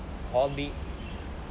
hobby